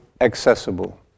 accessible